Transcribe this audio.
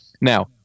Now